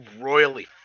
royally